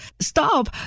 stop